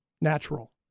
natural